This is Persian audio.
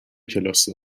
کلاس